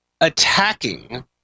attacking